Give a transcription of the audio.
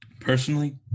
Personally